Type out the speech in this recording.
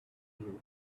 you